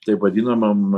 taip vadinamam